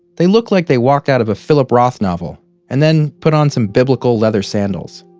they looked like they walked out of a philip roth novel and then put on some biblical leather sandals.